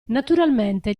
naturalmente